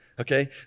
Okay